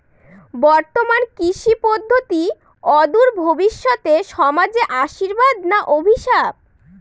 বর্তমান কৃষি পদ্ধতি অদূর ভবিষ্যতে সমাজে আশীর্বাদ না অভিশাপ?